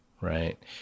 right